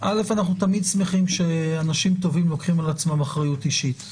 אנחנו תמיד שמחים שאנשים טובים לוקחים על עצמם אחריות אישית.